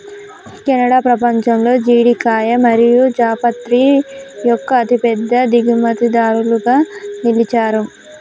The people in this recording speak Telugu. కెనడా పపంచంలో జీడికాయ మరియు జాపత్రి యొక్క అతిపెద్ద ఎగుమతిదారులుగా నిలిచారు